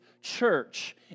church